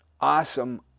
awesome